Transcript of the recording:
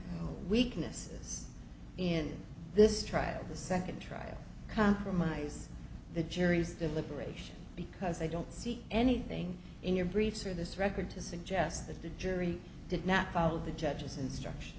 one weaknesses in this trial the second trial compromise the jury's deliberations because i don't see anything in your briefs or this record to suggest that the jury did not follow the judge's instruction